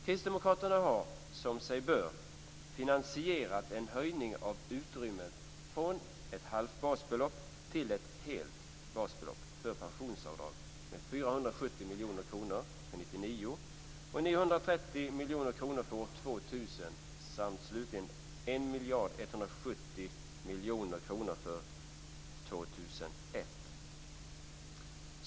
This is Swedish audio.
Kristdemokraterna har som sig bör finansierat en höjning av utrymmet för pensionsavdrag från ett halvt basbelopp till ett helt basbelopp med 470 miljoner kronor för 1999, 930 miljoner kronor för år 2000 samt slutligen 1 170 miljoner kronor för år 2001.